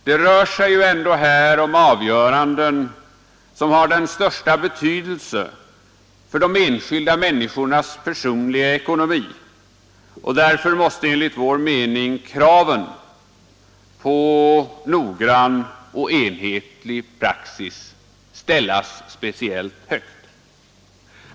Det rör sig ändå här om avgöranden som har den största betydelse för de enskilda människornas personliga ekonomi, och därför måste enligt vår mening kraven på noggrannhet och enhetlig praxis ställas speciellt högt.